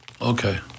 Okay